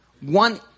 one